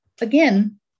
Again